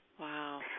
Wow